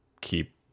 keep